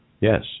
Yes